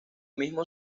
mismo